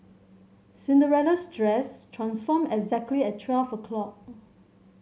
Cinderella's dress transformed exactly at twelve o' clock